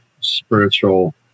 spiritual